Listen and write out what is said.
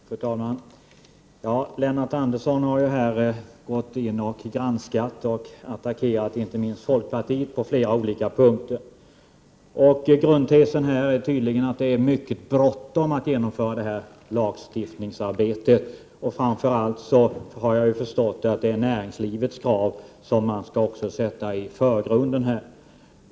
Fru talman! Lennart Andersson har granskat och attackerat inte minst folkpartiet på flera olika punkter. Grundtesen är tydligen att det är mycket bråttom att genomföra denna lagstiftning. Jag har förstått att det framför allt är näringslivets krav som skall sättas i förgrunden.